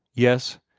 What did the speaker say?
yes,